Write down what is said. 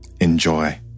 Enjoy